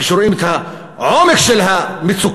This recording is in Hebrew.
כשרואים את העומק של המצוקה,